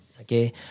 okay